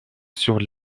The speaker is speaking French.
sur